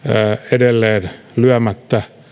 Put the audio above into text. edelleen lyömättä